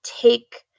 take